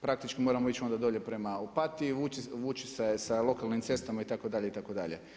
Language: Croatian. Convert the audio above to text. Praktički moramo ići onda dolje prema Opatiji, vući se sa lokalnim cestama itd. itd.